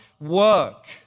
work